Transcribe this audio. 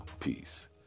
peace